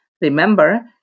Remember